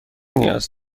نیاز